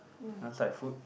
you want start with food